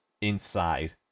inside